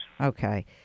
Okay